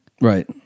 Right